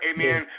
Amen